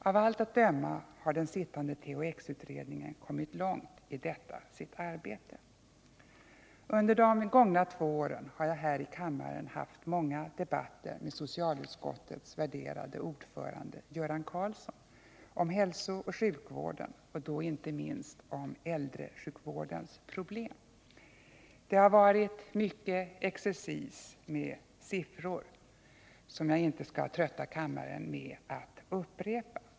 Av allt att döma har den sittande THX utredningen kommit långt i detta sitt arbete. Under de gångna två åren har jag här i kammaren haft många debatter med socialutskottets värderade ordförande Göran Karlsson om hälsooch sjukvården, och då inte minst om äldresjukvårdens problem. Det har varit mycket exercis med siffror, som jag inte skall trötta kammaren med att upprepa.